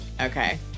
Okay